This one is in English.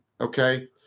okay